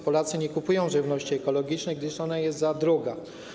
Polacy nie kupują żywności ekologicznej, gdyż jest ona za droga.